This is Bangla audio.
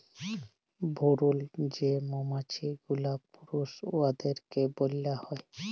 ভুরুল যে মমাছি গুলা পুরুষ উয়াদেরকে ব্যলা হ্যয়